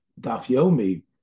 Dafyomi